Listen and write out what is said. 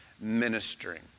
ministering